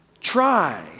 try